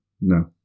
No